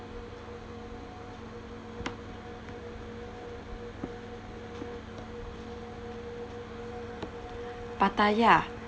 pattaya